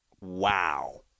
Wow